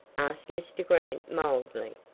asked mr. grant, mildly.